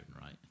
right